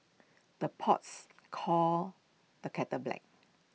the pots calls the kettle black